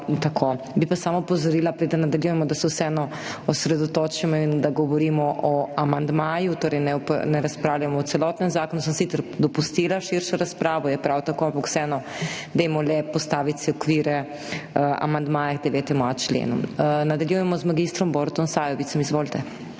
preden nadaljujemo, da se vseeno osredotočimo in da govorimo o amandmaju, torej ne pa ne razpravljamo o celotnem zakonu, sem sicer dopustila širšo razpravo, je prav tako, ampak vseeno dajmo le postaviti okvire amandmaja k 9.a členu. Nadaljujemo z mag. Borutom Sajovicem. Izvolite.